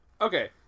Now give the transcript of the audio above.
Okay